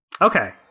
okay